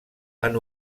han